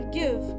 give